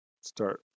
start